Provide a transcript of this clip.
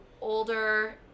older